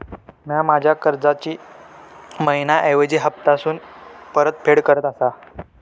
म्या माझ्या कर्जाची मैहिना ऐवजी हप्तासून परतफेड करत आसा